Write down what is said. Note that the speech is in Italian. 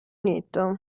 unito